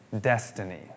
destiny